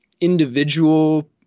individual